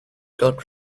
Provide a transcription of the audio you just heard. got